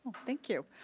thank you.